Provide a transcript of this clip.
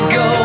go